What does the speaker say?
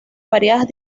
variadas